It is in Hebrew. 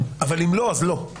אבל אם לא אז לא.